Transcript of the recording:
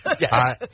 Yes